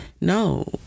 no